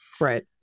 Right